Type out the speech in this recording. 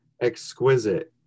exquisite